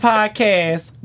Podcast